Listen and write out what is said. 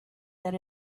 that